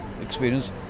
experience